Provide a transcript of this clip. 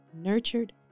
nurtured